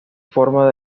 forma